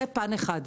זה פן אחד.